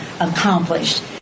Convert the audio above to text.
accomplished